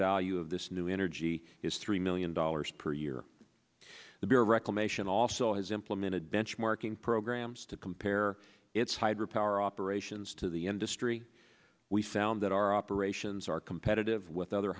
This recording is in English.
value of this new energy is three million dollars per year the bureau reclamation also has implemented benchmarking programs to compare its hydro power operations to the industry we found that our operations are competitive with other